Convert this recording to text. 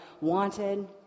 wanted